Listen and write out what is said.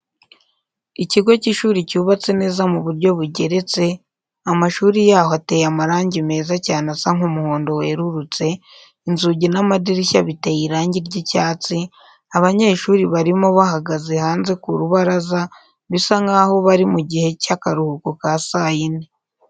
Ikigo cy'ishuri cyubatse neza mu buryo bugeretse, amashuri yaho ateye amarangi meza cyane asa nk'umuhondo werurutse, inzugi n'amadirishya biteye irangi ry'icyatsi, abanyeshuri barimo bahagaze hanze ku rubaraza bisa nkaho bari mu gihe cy'akaruhuko ka saa yine.